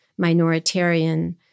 minoritarian